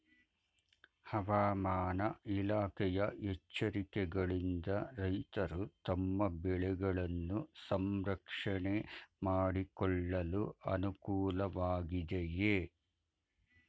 ಹವಾಮಾನ ಇಲಾಖೆಯ ಎಚ್ಚರಿಕೆಗಳಿಂದ ರೈತರು ತಮ್ಮ ಬೆಳೆಗಳನ್ನು ಸಂರಕ್ಷಣೆ ಮಾಡಿಕೊಳ್ಳಲು ಅನುಕೂಲ ವಾಗಿದೆಯೇ?